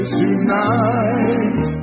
tonight